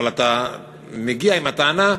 אתה מגיע עם הטענה: